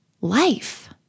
life